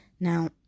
Now